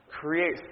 create